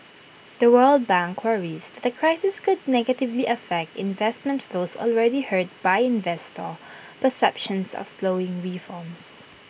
the world bank worries that the crisis could negatively affect investment flows already hurt by investor perceptions of slowing reforms